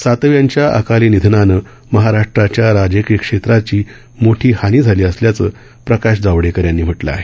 सातव यांच्या अकाली निधनानं महाराष्ट्राच्या राजकीय क्षेत्राची मोठी हानी झाली असल्याचं प्रकाश जावडेकर यांनी म्हटलं आहे